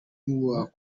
nk’uwo